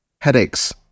headaches